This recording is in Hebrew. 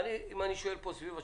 אם אני שואל סביב השולחן,